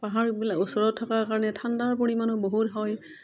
পাহাৰবিলাক ওচৰত থকাৰ কাৰণে ঠাণ্ডাৰ পৰিমাণো বহুত হয়